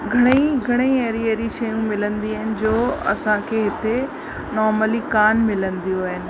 घणई घणई अहिड़ी अहिड़ी शयूं मिलंदियूं आहिनि जो असांखे हिते नॉर्मली कान मिलंदियूं आहिनि